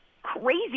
crazy